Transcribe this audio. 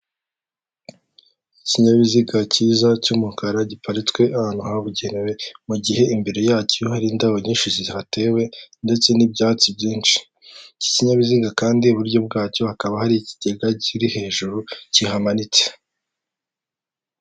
Ikinyabiziga cyiza cy'umukara giparitswe ahantu habugenewe, mu gihe imbere yacyo hari indabo nyinshi zihatewe ndetse n'ibyatsi byinshi. Iki kinyabiziga kandi iburyo bwacyo hakaba hari ikigega kiri hejuru kihamanitse.